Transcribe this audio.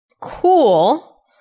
cool